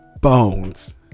bones